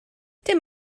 dim